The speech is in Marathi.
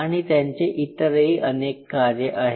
आणि त्यांचे इतरही अनेक कार्य आहेत